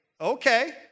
okay